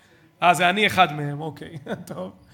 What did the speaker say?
אה, זה אני אחד מהם, אוקיי, טוב.